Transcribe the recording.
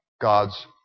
God's